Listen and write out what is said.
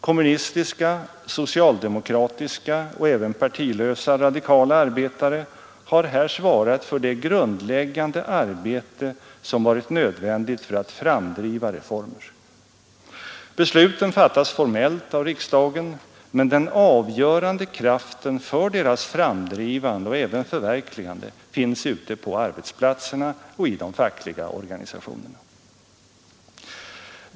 Kommunistiska, socialdemokratiska och även partilösa radikala arbetare har här svarat för det grundläggande arbete som varit nödvändigt för att framdriva reformer. Besluten fattas formellt av riksdagen, men den avgörande kraften för deras framdrivande och även förverkligande finns ute på arbetsplatserna och i de fackliga organisationerna.